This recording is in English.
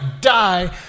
die